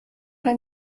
ein